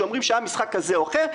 שאומרים שהיה משחק כזה או אחר,